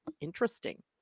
Interesting